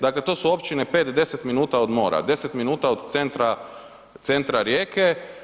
Dakle to su općine 5, 10 minuta od mora, 10 minuta od centra Rijeke.